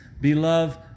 beloved